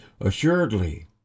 Assuredly